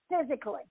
physically